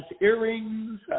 earrings